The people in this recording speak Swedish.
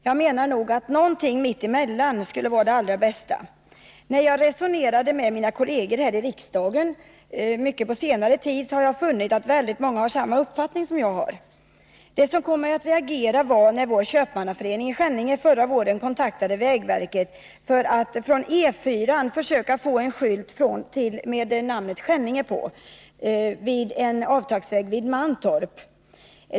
Jag menar nog att någonting mitt emellan skulle vara det allra bästa, och när jag på senare tid har resonerat mycket med mina kolleger här i riksdagen, har jag funnit att många har samma uppfattning som jag. Det som kom mig att reagera var när vår köpmannaförening i Skänninge förra våren kontaktade vägverket för att försöka få en skylt med namnet Skänninge vid avfarten från E 4-an vid Mantorp.